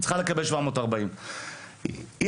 צריכה לקבל 740. היא